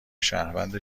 شهروند